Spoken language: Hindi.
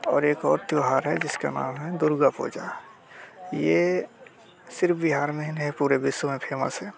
और एक और त्यौहार है जिसका नाम है दुर्गा पूजा ये सिर्फ बिहार में ही नहीं पूरे विश्व में फेमस है